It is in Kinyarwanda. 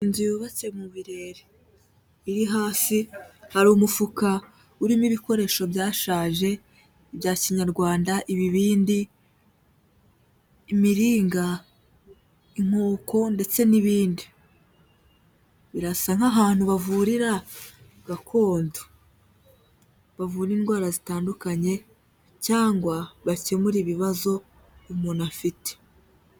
Inzu yubatse mu birere, iri hasi, hari umufuka urimo ibikoresho byashaje bya Kinyarwanda: ibibindi, imiringa, inkoko, ndetse n'ibindi. Birasa nk'ahantu bavurira gakondo, bavura indwara zitandukanye cyangwa bakemure ibibazo umuntu afite.